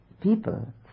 people